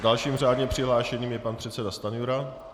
Dalším řádně přihlášeným je pan předseda Stanjura.